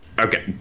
okay